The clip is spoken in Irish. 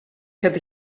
céard